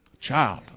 Child